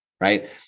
right